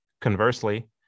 Conversely